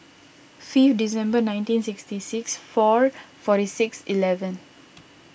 fifth Dec nineteen sixty six four forty six eleven